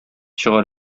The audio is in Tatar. чыгар